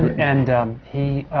and he